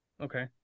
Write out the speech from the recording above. Okay